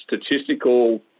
statistical